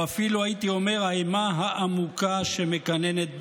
או אפילו הייתי אומר, האימה העמוקה שמקננת בכם.